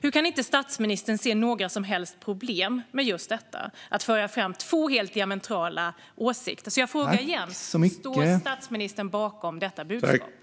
Nu kan inte statsministern se några som helst problem med att föra fram två helt diametrala åsikter, så jag frågar igen: Står statsministern bakom detta budskap?